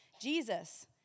Jesus